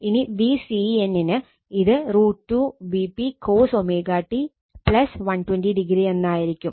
ഇനി VCN ന് ഇത് √ 2 Vp cos t 120o എന്നായിരിക്കും